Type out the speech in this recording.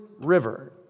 River